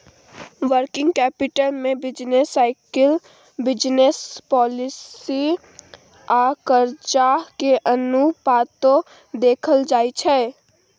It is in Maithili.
वर्किंग कैपिटल में बिजनेस साइकिल, बिजनेस पॉलिसी आ कर्जा के अनुपातो देखल जाइ छइ